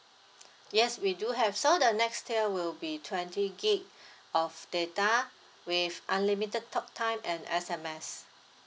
yes we do have so the next tier will be twenty gig of data with unlimited talk time and S_M_S